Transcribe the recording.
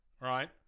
right